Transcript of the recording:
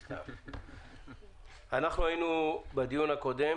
אנחנו היינו בדיון הקודם